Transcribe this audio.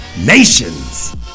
Nations